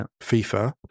FIFA